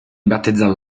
battezzato